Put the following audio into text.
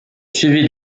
suivie